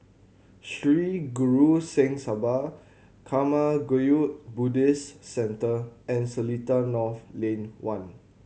Sri Guru Singh Sabha Karma Kagyud Buddhist Centre and Seletar North Lane One